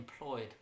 employed